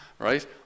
Right